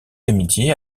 d’amitié